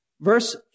Verse